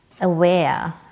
aware